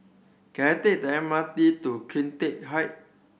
can I take the M R T to Cleantech Height